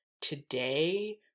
today